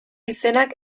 izenak